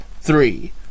Three